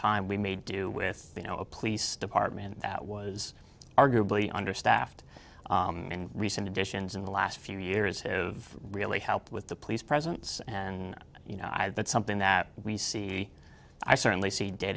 time we made do with you know a police department that was arguably understaffed in recent additions in the last few years have really helped with the police presence and you know i that's something that we see i certainly see day